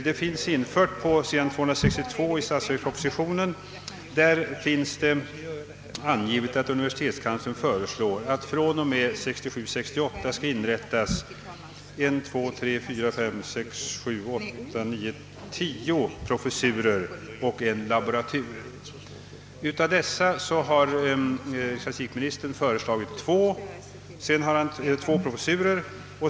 På s. 262 i statsverkspropositionen föreslås att det från och med 1967/68 skall inrättas 9 professurer och 1 laboratur. Av dessa har ecklesiastikministern föreslagit 2 professurer.